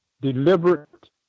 deliberate